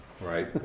Right